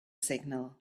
signal